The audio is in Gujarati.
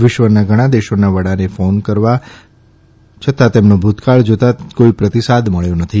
વિશ્વના ઘણા દેશોના વડાને ફોન કરવા થતાં તેનો ભૂતકાળ જાતાં કોઇ પ્રતિસાદ મળ્યો નથી